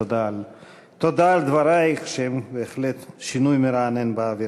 תודה על דברייך, שהם בהחלט שינוי מרענן באווירה.